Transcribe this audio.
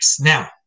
Now